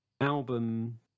album